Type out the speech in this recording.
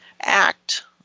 act